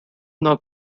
now